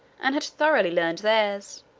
and had thoroughly learned theirs